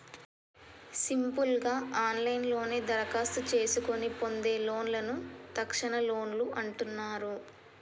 simple గా ఆన్లైన్లోనే దరఖాస్తు చేసుకొని పొందే లోన్లను తక్షణలోన్లు అంటున్నరు